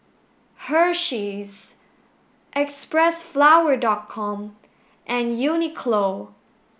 Hersheys Xpressflower com and Uniqlo